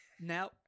now –